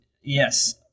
Yes